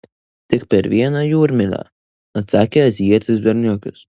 tik per vieną jūrmylę atsakė azijietis berniukas